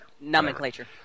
Nomenclature